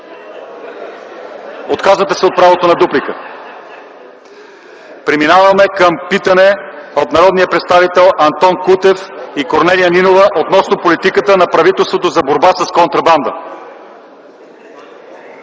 Отказвате се от правото на дуплика. Преминаваме към питане от народните представители Антон Кутев и Корнелия Нинова относно политиката на правителството за борба с контрабандата.